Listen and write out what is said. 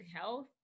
health